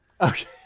Okay